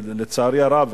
לצערי הרב,